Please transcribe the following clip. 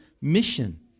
mission